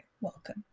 welcome